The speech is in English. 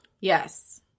Yes